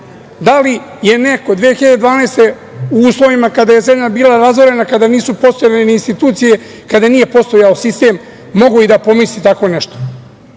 Da li je neko 2012. godine u uslovima kada je zemlja bila razorena, kada nisu postojale ni insititucije, kada nije postojao sistem, mogao da pomisli tako nešto?